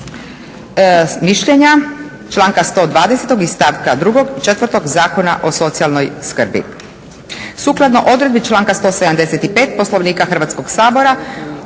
tumačenja članka 120. stavka 2. i 4. Zakona o socijalnoj skrbi